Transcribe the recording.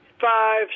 five